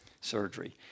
surgery